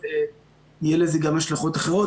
אז יהיו לזה גם השלכות אחרות.